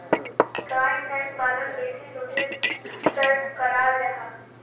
गाय भैंस पालन बेसी दुधेर तंर कराल जाहा